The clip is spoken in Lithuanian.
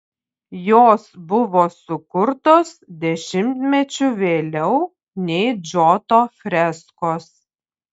jos buvo sukurtos dešimtmečiu vėliau nei džoto freskos